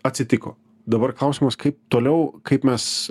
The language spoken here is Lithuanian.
atsitiko dabar klausimas kaip toliau kaip mes